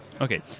Okay